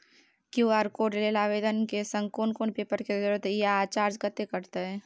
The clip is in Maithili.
क्यू.आर कोड लेल आवेदन के संग कोन कोन पेपर के जरूरत इ आ चार्ज कत्ते कटते?